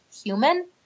human